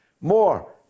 more